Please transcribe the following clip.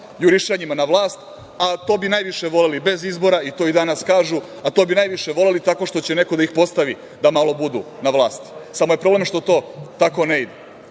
jurišanjima na vlast, a to bi najviše voleli bez izbora i to i danas kažu, a to bi najviše voleli tako što će neko da ih postavi da malo budu na vlasti. Samo je problem što tako ne ide. Ne